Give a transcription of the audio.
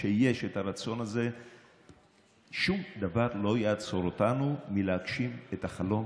כשיש את הרצון הזה שום דבר לא יעצור אותנו מלהגשים את החלום,